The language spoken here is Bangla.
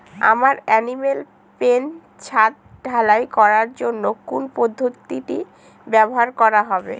আমার এনিম্যাল পেন ছাদ ঢালাই করার জন্য কোন পদ্ধতিটি ব্যবহার করা হবে?